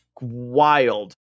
wild